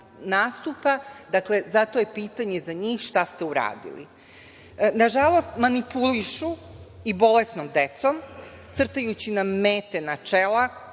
nastupa, dakle, zato je pitanje za njih – šta ste uradili? Nažalost, manipulišu i bolesnom decom crtajući nam mete na čela,